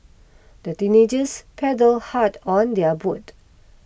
the teenagers paddle hard on their boat